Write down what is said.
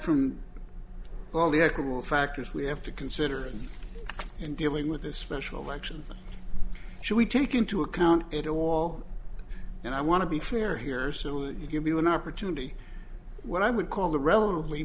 from well the ethical factors we have to consider in dealing with this special election should we take into account it a wall and i want to be fair here so it'll give you an opportunity what i would call the relatively